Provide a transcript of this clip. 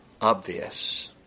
obvious